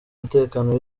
mutekano